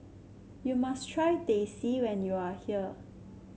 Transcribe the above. you must try Teh C when you are here